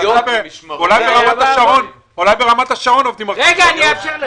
אולי ברמת-השרון עובדים רק חמישה ימים.